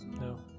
No